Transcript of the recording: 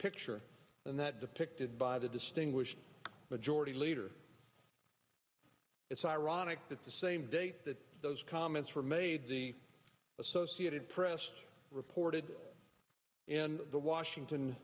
picture than that depicted by the distinguished majority leader it's ironic that the same day that those comments were made the associated press reported in the washington